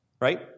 Right